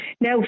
now